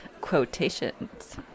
Quotations